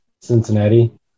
Cincinnati